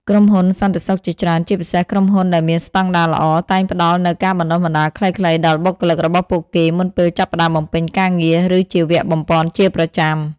ក្រុមហ៊ុនសន្តិសុខជាច្រើន ជាពិសេសក្រុមហ៊ុនដែលមានស្តង់ដារល្អ តែងផ្តល់នូវការបណ្តុះបណ្តាលខ្លីៗដល់បុគ្គលិករបស់ពួកគេមុនពេលចាប់ផ្តើមបំពេញការងារ ឬជាវគ្គបំប៉នជាប្រចាំ។